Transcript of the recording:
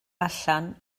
allan